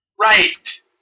right